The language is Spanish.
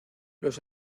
los